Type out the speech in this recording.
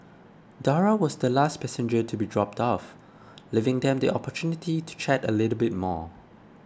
Dora was the last passenger to be dropped off leaving them the opportunity to chat a little bit more